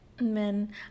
men